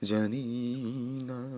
Janina